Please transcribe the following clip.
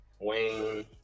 wayne